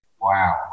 Wow